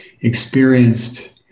experienced